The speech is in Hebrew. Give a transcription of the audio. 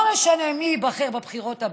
לא משנה מי ייבחר בבחירות הבאות,